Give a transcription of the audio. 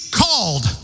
called